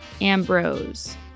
Ambrose